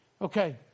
Okay